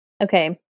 Okay